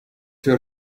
your